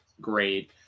great